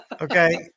okay